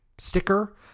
sticker